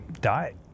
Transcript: died